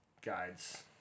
guides